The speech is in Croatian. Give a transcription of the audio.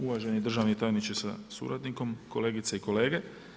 Uvaženi državni tajniče sa suradnikom, kolegice i kolege.